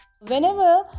Whenever